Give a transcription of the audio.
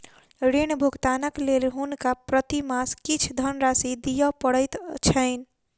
ऋण भुगतानक लेल हुनका प्रति मास किछ धनराशि दिअ पड़ैत छैन